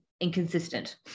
inconsistent